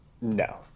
No